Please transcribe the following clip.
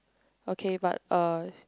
okay but uh